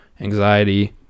anxiety